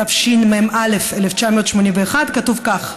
התשמ"א 1981, כתוב כך: